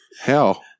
hell